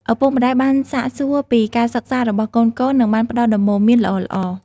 ឪពុកម្តាយបានសាកសួរពីការសិក្សារបស់កូនៗ និងបានផ្តល់ដំបូន្មានល្អៗ។